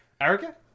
Erica